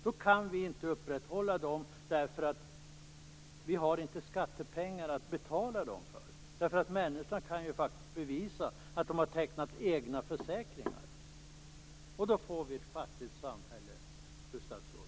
Då kan man inte upprätthålla dem, eftersom man inte har skattepengar att betala välfärdssystemen för. Människor kan ju bevisa att de har tecknat egna försäkringar. Då får vi ett fattigt samhälle, fru statsråd.